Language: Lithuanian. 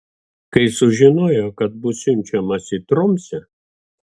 kai sužinojo kad bus siunčiamas į tromsę